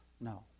No